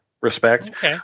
Respect